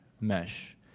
mesh